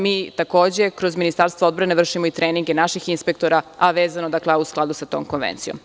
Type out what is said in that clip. Mi takođe kroz Ministarstvo odbrane vršimo i treninge naših inspektora, a vezano je i u skladu je sa tom konvencijom.